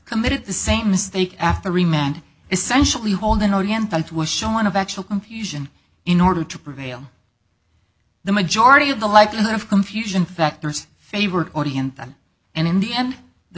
committed the same mistake after remand essentially all the no intent was shown of actual confusion in order to prevail the majority of the likelihood of confusion factors favored audience and in the end the